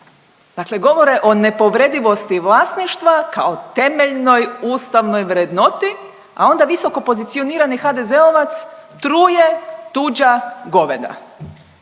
dakle govore o nepovredivosti vlasništva kao temeljnoj ustavnoj vrednoti, a onda visokopozicionirani HDZ-ovac truje tuđa goveda.